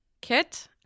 kit